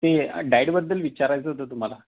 ते डाएटबद्दल विचारायचं होतं तुम्हाला